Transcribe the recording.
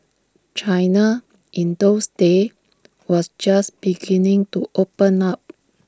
China in those days was just beginning to open up